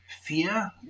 fear